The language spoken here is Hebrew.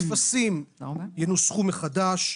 הטפסים ינוסחו מחדש,